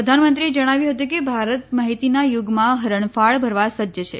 પ્રધાનમંત્રીએ જણાવ્યું હતુ કે ભારત માહિતીના યુગમાં હરણફાળ ભરવા સજ્જ છે